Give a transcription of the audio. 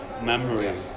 memories